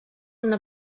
una